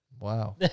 Wow